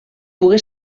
pogué